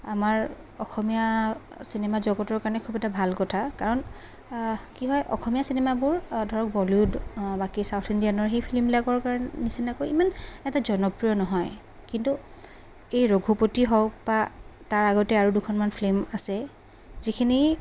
আমাৰ অসমীয়া চিনেমা জগতৰ কাৰণে খুব এটা ভাল কথা কাৰণ কি হয় অসমীয়া চিনেমাবোৰ ধৰক বলিউড বাকী ছাউথ ইণ্ডিয়ানৰ সেই ফিল্মবিলাকৰ নিচিনাকৈ ইমান এটা জনপ্ৰিয় নহয় কিন্তু এই ৰঘুপতি হওঁক বা তাৰ আগতে আৰু দুখনমান ফিল্ম আছে যিখিনি